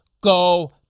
Go